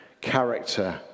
character